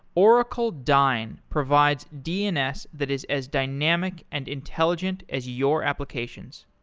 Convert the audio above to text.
oracle dyn provides dns that is as dynamic and intelligent as your applications.